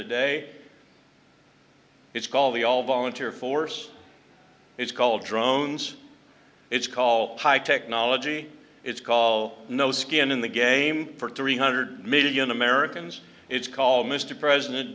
today it's called the all volunteer force it's called drones it's call high technology it's call no skin in the game for three hundred million americans it's call mr president